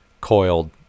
coiled